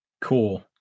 Cool